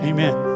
Amen